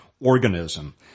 organism